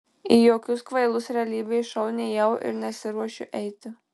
į jokius kvailus realybės šou nėjau ir nesiruošiu eiti